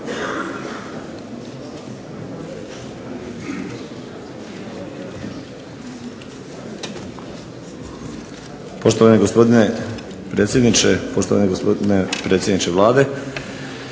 Poštovani gospodine predsjedniče, poštovani gospodine predsjedniče Vlade,